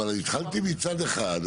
אבל התחלתי מצד אחד,